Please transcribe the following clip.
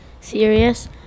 serious